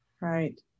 Right